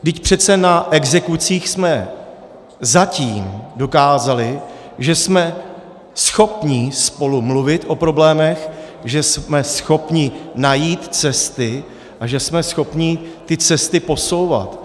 Vždyť přece na exekucích jsme zatím dokázali, že jsme schopni spolu mluvit o problémech, že jsme schopni najít cesty a že jsme schopni ty cesty posouvat.